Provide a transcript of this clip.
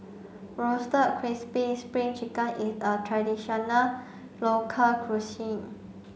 roasted crispy spring chicken is a traditional local cuisine